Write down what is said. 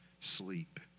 sleep